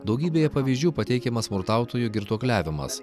daugybėje pavyzdžių pateikiama smurtautojų girtuokliavimas